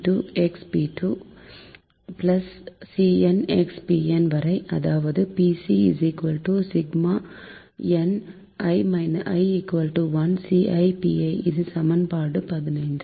Cn x Pn வரை அதாவது Pc i1ncipi இது சமன்பாடு 15